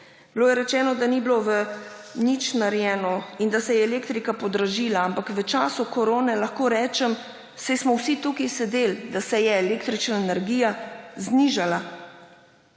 Bilo je rečeno, da ni bilo nič narejeno in da se je elektrika podražila, ampak lahko rečem, da v času korone, saj smo vsi tukaj sedeli, se je električna energija znižala,